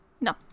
no